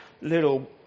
little